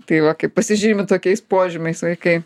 tai va kaip pasižymi tokiais požymiais vaikai